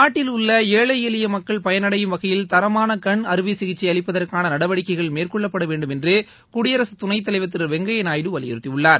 நாட்டிலுள்ள ஏழை எளிய மக்கள் பயனடையும் வகையில் தரமான கண் அறுவை சிகிச்சை அளிப்பதற்கான நடவடிக்கைகள் மேற்கொள்ளப்பட வேண்டும் என்று குடியரசு துணைத் தலைவர் திரு வெங்கையா நாயுடு வலியுறுத்தியுள்ளார்